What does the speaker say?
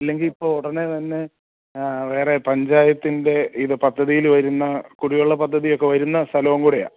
ഇല്ലെങ്കിൽ ഇപ്പോൾ ഉടനെതന്നെ വേറെ പഞ്ചായത്തിൻ്റെ ഇത് പദ്ധതിയിൽ വരുന്ന കുടിവെള്ള പദ്ധതിയൊക്കെ വരുന്ന സ്ഥലവും കൂടെയാണ്